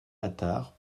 attard